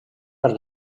per